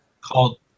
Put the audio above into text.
called